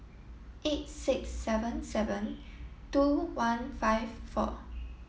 eight six seven seven two one five four